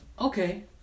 Okay